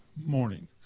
morning